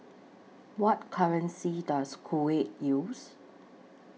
What currency Does Kuwait use